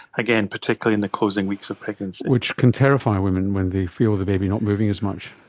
again particularly in the closing weeks of pregnancy. which can terrify women when they feel the baby not moving as much.